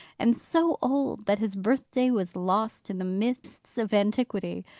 and so old that his birthday was lost in the mists of antiquity.